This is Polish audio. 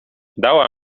dała